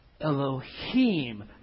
Elohim